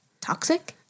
toxic